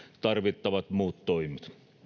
tarvittavat muut toimet